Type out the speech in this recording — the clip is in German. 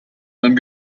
man